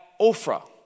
Ophrah